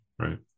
Right